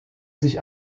sich